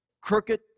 crooked